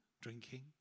drinking